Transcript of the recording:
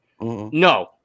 No